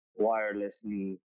wirelessly